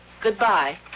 Goodbye